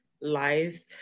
life